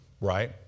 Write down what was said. Right